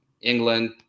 England